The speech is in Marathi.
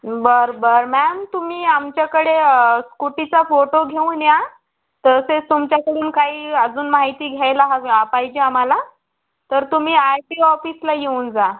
बरं बरं मॅम तुम्ही आमच्याकडे स्कूटीचा फोटो घेऊन या तसेच तुमच्याकडून काही अजून माहिती घ्यायला हवी पाहिजे आम्हाला तर तुम्ही आर टी ओ ऑफिसला येऊन जा